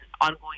ongoing